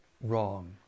wrong